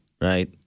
right